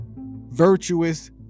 virtuous